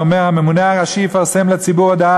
שאומר: הממונה הראשי יפרסם לציבור הודעה